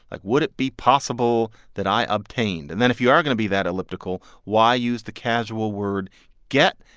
like, would it be possible that i obtained? and then if you are going to be that elliptical, why use the casual word get?